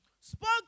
spoke